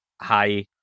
hi